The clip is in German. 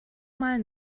mal